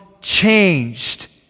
changed